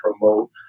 promote